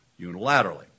unilaterally